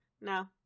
no